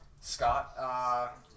Scott